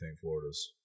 Florida's